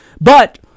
But-